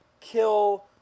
Kill